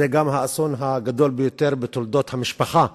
זה גם האסון הגדול ביותר בתולדות המשפחה הזאת,